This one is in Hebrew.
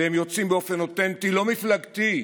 והם יוצאים באופן אותנטי, לא מפלגתי,